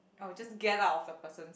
I would just get out of the person's